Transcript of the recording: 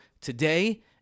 today